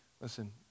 Listen